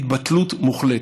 התבטלות מוחלטת.